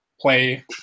play